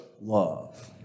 love